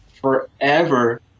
forever